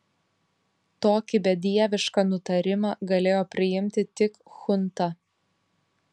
tokį bedievišką nutarimą galėjo priimti tik chunta